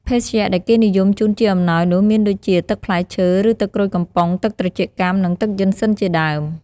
ភេសជ្ជៈដែលគេនិយមជូនជាអំណោយនោះ មានដូចជា ទឹកផ្លែឈើ ឬ ទឹកក្រូចកំប៉ុង ទឹកត្រចៀកកាំ និង ទឹកយុិនសិនជាដើម។